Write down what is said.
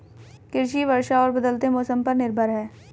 कृषि वर्षा और बदलते मौसम पर निर्भर है